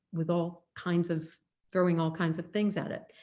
with all kinds of throwing all kinds of things at it.